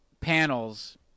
panels